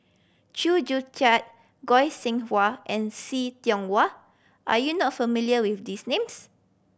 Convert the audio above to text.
Chew Joo Chiat Goi Seng Hui and See Tiong Wah are you not familiar with these names